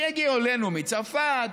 שיגיעו אלינו מצרפת,